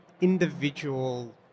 individual